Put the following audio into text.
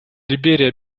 либерия